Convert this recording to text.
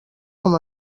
com